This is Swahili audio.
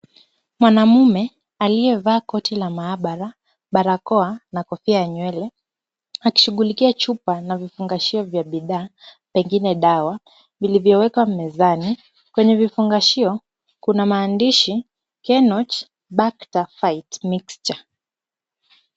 Mwanaume aliyevaa koti la maabara, barakoa na kofia ya nywele, akishughulikia chupa na vifungashio vya bidhaa pengine dawa vilivyowekwa mezani. Kwenye vifungashio kuna maandishi Kenoch Bakta Fight mixture .